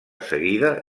seguida